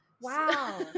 Wow